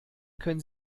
können